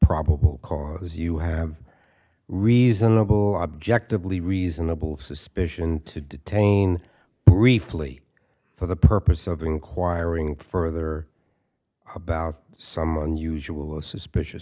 probable cause you have reasonable objectively reasonable suspicion to detain briefly for the purpose of inquiring further about some unusual or suspicious